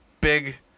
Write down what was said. big